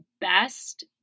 best